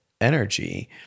energy